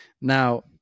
Now